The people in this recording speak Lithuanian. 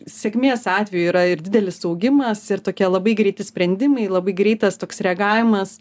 sėkmės atveju yra ir didelis augimas ir tokie labai greiti sprendimai labai greitas toks reagavimas